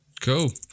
Cool